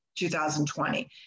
2020